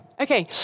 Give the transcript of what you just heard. Okay